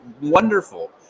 wonderful